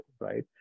right